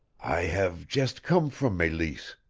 i have just come from meleese,